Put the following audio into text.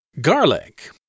Garlic